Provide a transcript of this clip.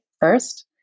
first